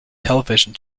television